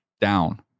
down